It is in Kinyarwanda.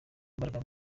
imbaraga